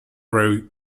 row